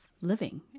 living